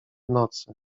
nocy